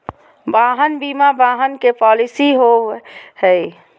वाहन बीमा वाहन के पॉलिसी हो बैय हइ